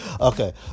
okay